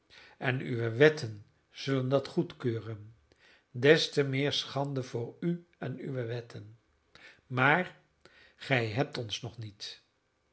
en uwe wetten zullen dat goedkeuren des te meer schande voor u en uwe wetten maar gij hebt ons nog niet